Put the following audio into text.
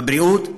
בבריאות,